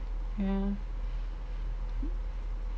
ya